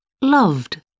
Loved